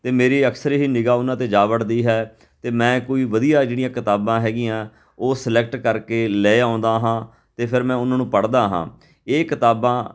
ਅਤੇ ਮੇਰੀ ਅਕਸਰ ਹੀ ਨਿਗ੍ਹਾ ਉਹਨਾਂ 'ਤੇ ਜਾ ਵੜਦੀ ਹੈ ਅਤੇ ਮੈਂ ਕੋਈ ਵਧੀਆ ਜਿਹੜੀਆਂ ਕਿਤਾਬਾਂ ਹੈਗੀਆਂ ਉਹ ਸਲੈਕਟ ਕਰਕੇ ਲੈ ਆਉਂਦਾ ਹਾਂ ਅਤੇ ਫੇਰ ਮੈਂ ਉਹਨਾਂ ਨੂੰ ਪੜ੍ਹਦਾ ਹਾਂ ਇਹ ਕਿਤਾਬਾਂ